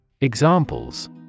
Examples